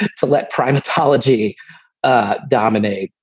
to let primatology ah dominate,